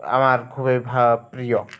আমার খুবই প্রিয়